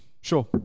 Sure